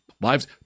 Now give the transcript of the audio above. lives